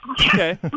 Okay